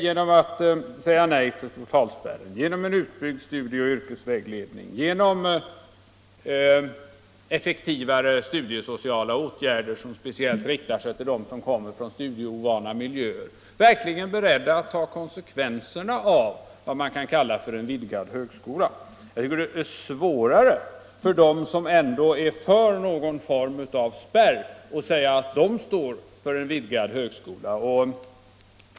Genom att säga nej till totalspärrar, genom en utbyggd studieoch yrkesvägledning och genom effektivare studiesociala åtgärder, som speciellt riktar sig till dem som kommer från studieovana miljöer, är vi verkligen beredda att ta konsekvenserna av vad man kan kalla en vidgad högskola. Det måste ändå vara svårare för dem som är för någon form av spärr att säga att de står för en vidgad högskola.